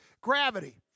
Gravity